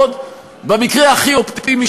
במקרה הכי אופטימי,